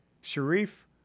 Sharif